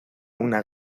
una